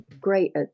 great